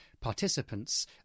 participants